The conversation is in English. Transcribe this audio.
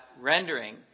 rendering